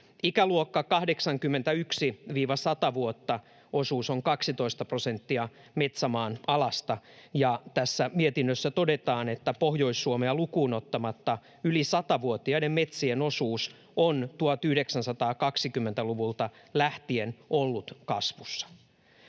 Ikäluokka 81–100-vuotta osuus on 12 prosenttia metsämaan alasta, ja tässä mietinnössä todetaan, että Pohjois-Suomea lukuun ottamatta yli 100-vuotiaiden metsien osuus on 1920-luvulta lähtien ollut kasvussa.